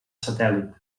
satèl·lit